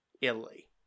italy